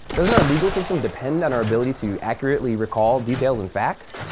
doesn't our legal system depend on our ability to accurately recall details and facts?